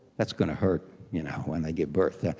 that's going to hurt you know when they give birth.